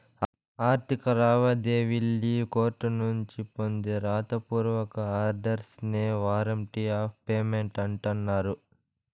ఆర్థిక లావాదేవీల్లి కోర్టునుంచి పొందే రాత పూర్వక ఆర్డర్స్ నే వారంట్ ఆఫ్ పేమెంట్ అంటన్నారు